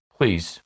Please